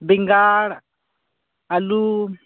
ᱵᱮᱸᱜᱟᱲ ᱟ ᱞᱩ